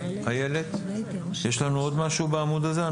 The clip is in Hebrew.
איילת, יש לנו עוד משהו בעמוד הזה?